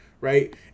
right